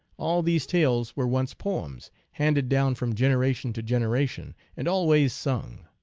all these tales were once poems, handed down from generation to generation, and always sung.